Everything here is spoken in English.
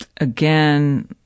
again